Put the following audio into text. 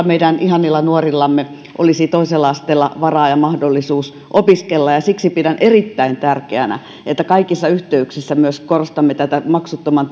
meidän ihanilla nuorillamme olisi toisella asteella varaa ja mahdollisuus opiskella siksi pidän erittäin tärkeänä että kaikissa yhteyksissä myös korostamme tätä maksuttoman